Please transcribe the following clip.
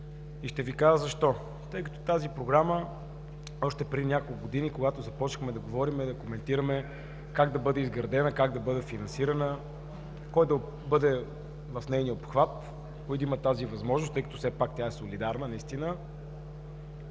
2. Ще Ви кажа защо. По тази Програма още преди няколко години започнахме да говорим и да коментираме как да бъде изградена, как да бъде финансирана, кой да бъде в нейния обхват, кой да има тази възможност. Тъй като наистина тя е солидарна, имахме